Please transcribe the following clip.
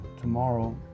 tomorrow